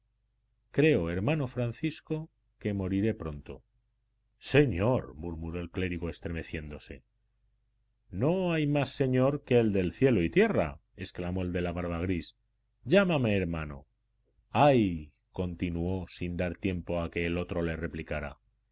compañero creo hermano francisco que moriré pronto señor murmuró el clérigo estremeciéndose no hay más señor que el del cielo y tierra exclamó el de la barba gris llámame hermano ay continuó sin dar tiempo a que el otro le replicara